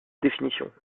définition